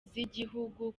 z’igihugu